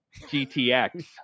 GTX